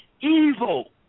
evil